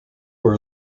were